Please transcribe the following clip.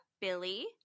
Billy